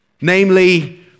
Namely